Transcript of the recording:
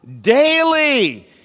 daily